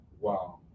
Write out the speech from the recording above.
Wow